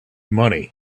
money